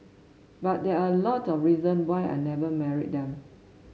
but there are a lot of reason why I never married them